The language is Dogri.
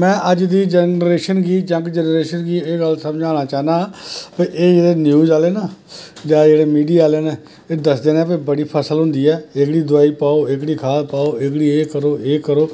में अज्ज दी जनरेशन गी जंग जनरेशन गी एह् गल्ल समझाना चाह्ना भाई एह् जेह्ड़े न्यूज आहले जां जेह्ड़े मिडिया आह्ले न दसदे न कि फसल बड़ी होंदी ऐ एह्कड़ी दवाई पाओ एह्कड़ी खाद पाओ एह्कड़ी एह् करो एह् करो